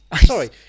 Sorry